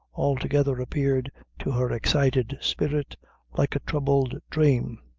altogether appeared to her excited spirit like a troubled dream,